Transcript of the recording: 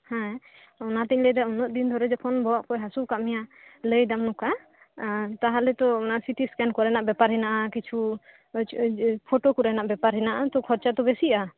ᱦᱮᱸ ᱚᱱᱟ ᱛᱤᱧ ᱞᱟᱹᱭ ᱮᱫᱟ ᱩᱱᱟᱹᱜ ᱫᱤᱱ ᱫᱷᱚᱨᱮ ᱡᱚᱠᱷᱚᱱ ᱵᱚᱦᱚᱜ ᱦᱟᱹᱥᱩ ᱟᱠᱟᱫ ᱢᱮᱭᱟ ᱞᱟᱹᱭ ᱮᱫᱟᱢ ᱱᱚᱠᱟ ᱛᱟᱦᱚᱞᱮ ᱛᱚ ᱚᱱᱟ ᱥᱤᱴᱤ ᱥᱠᱮᱱ ᱠᱚᱨᱮᱱᱟᱜ ᱵᱮᱯᱟᱨ ᱢᱮᱱᱟᱜᱼᱟ ᱠᱤᱪᱷᱩ ᱯᱷᱳᱴᱳ ᱠᱚᱨᱮᱱᱟᱜ ᱵᱮᱯᱟᱨ ᱦᱮᱱᱟᱜ ᱟ ᱛᱚ ᱠᱷᱚᱨᱪᱟ ᱛᱳ ᱵᱤᱥᱤᱜᱼᱟ